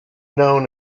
known